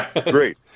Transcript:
Great